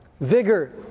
vigor